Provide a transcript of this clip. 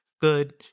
Good